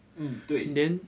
嗯对